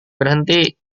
berhenti